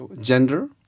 gender